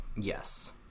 Yes